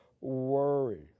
Worry